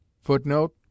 Footnote